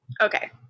Okay